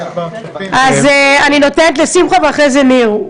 אז אני נותנת לשמחה ואחרי זה ניר.